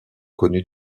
connues